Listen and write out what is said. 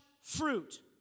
fruit